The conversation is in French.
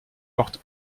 porte